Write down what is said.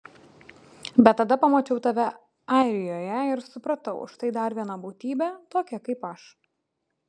bet tada pamačiau tave airijoje ir supratau štai dar viena būtybė tokia kaip aš